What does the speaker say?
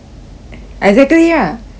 exactly ah see